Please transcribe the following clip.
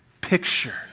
picture